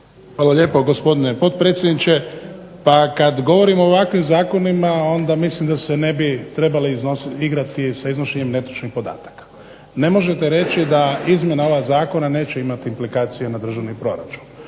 Hvala lijepa gospodine potpredsjedniče. Pa kad govorimo o ovakvim zakonima onda mislim da se ne bi trebali igrati sa iznošenjem netočnih podataka. Ne možete reći da izmjena ovog zakona neće imati implikacije na državni proračun.